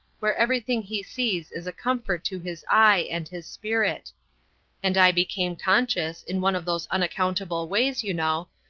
where everything he sees is a comfort to his eye and his spirit and i became conscious, in one of those unaccountable ways, you know,